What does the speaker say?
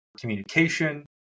communication